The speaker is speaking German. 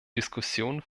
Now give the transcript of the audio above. diskussion